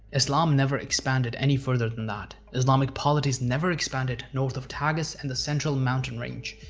islam never expanded any further than that. islamic polities never expanded north of tagus and the central mountain range.